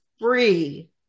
free